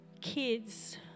kids